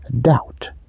doubt